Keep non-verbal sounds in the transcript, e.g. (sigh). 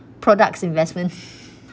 products investments (breath)